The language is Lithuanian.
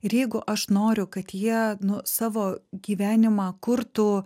ir jeigu aš noriu kad jie nu savo gyvenimą kurtų